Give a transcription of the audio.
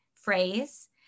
phrase